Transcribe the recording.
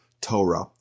Torah